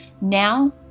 Now